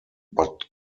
but